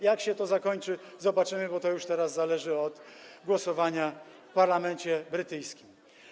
Jak się to zakończy, zobaczymy, bo to już teraz zależy od głosowania w parlamencie brytyjskim.